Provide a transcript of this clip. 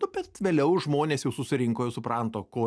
nu bet vėliau žmonės jau susirinko ir supranto ko